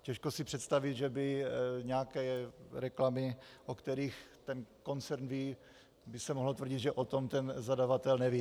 Těžko si představit, že by nějaké reklamy, o kterých ten koncern ví, by se mohlo tvrdit, že o tom ten zadavatel neví.